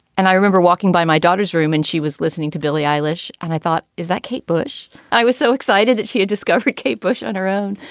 and i remember walking by my daughter's room and she was listening to billy eilish. and i thought, is that kate bush? i was so excited that she had discovered kate bush on her own.